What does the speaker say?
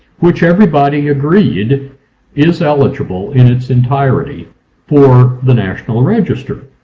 which everybody agreed is eligible in its entirety for the national register.